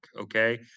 Okay